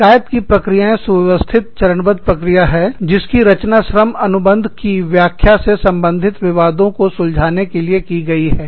शिकायत की प्रक्रियाएं सुव्यवस्थित चरणबद्ध प्रक्रिया है की रचना श्रम अनुबंधों की व्याख्या से संबंधित विवादों को सुलझा ने के लिए की गई है